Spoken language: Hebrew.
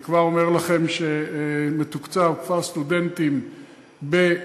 אני כבר אומר לכם שמתוקצב כפר סטודנטים בשדרות,